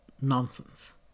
nonsense